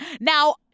Now